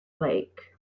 lake